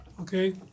okay